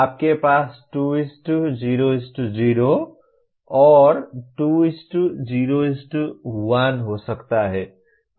आपके पास 2 0 0 2 0 1 हो सकता है